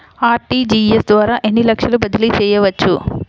RTGS ద్వారా ఎన్ని లక్షలు బదిలీ చేయవచ్చు?